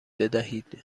بدهید